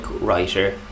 writer